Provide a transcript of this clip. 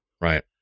Right